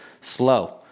slow